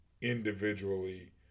individually